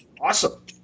awesome